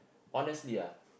honestly ah